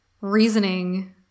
reasoning